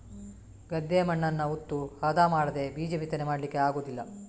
ಗದ್ದೆಯ ಮಣ್ಣನ್ನ ಉತ್ತು ಹದ ಮಾಡದೇ ಬೀಜ ಬಿತ್ತನೆ ಮಾಡ್ಲಿಕ್ಕೆ ಆಗುದಿಲ್ಲ